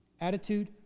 attitude